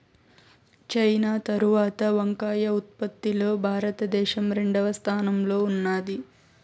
China తరవాత వంకాయ ఉత్పత్తి లో భారత దేశం రెండవ స్థానం లో ఉన్నాది